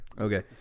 Okay